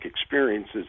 experiences